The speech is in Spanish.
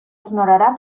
ignorará